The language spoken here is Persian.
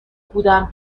بودم